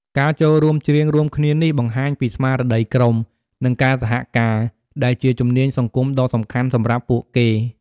ការចូលរួមច្រៀងរួមគ្នានេះបង្ហាញពីស្មារតីក្រុម និងការសហការ ដែលជាជំនាញសង្គមដ៏សំខាន់សម្រាប់ពួកគេ។